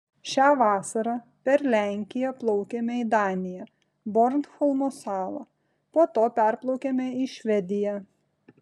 šią vasarą per lenkiją plaukėme į daniją bornholmo salą po to perplaukėme į švediją